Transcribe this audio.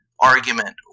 argument